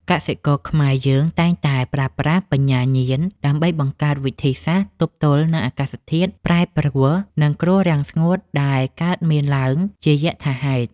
កសិករខ្មែរយើងតែងតែប្រើប្រាស់បញ្ញាញាណដើម្បីបង្កើតវិធីសាស្ត្រទប់ទល់នឹងអាកាសធាតុប្រែប្រួល និងគ្រោះរាំងស្ងួតដែលកើតមានឡើងជាយថាហេតុ។